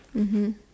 mmhmm